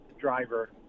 driver